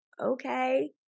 Okay